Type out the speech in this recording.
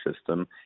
system